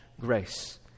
grace